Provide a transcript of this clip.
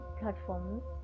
platforms